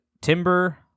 Timber